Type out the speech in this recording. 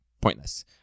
pointless